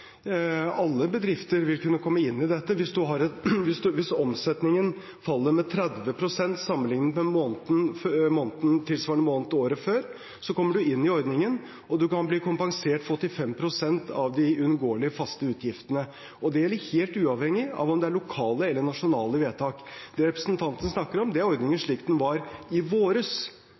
Alle bedrifter vil kunne komme inn i dette. Hvis omsetningen faller med 30 pst. sammenlignet med tilsvarende måned året før, kommer man inn i ordningen, og man kan bli kompensert for 85 pst. av de uunngåelige, faste utgiftene. Det gjelder helt uavhengig av om det er lokale eller nasjonale vedtak. Det representanten snakker om, er ordningen slik den var i